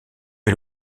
est